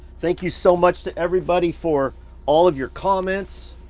thank you so much to everybody for all of your comments,